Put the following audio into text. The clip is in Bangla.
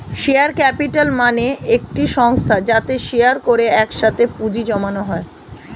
শেয়ার ক্যাপিটাল মানে একটি সংস্থা যাতে শেয়ার করে একসাথে পুঁজি জমানো হয়